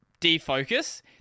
defocus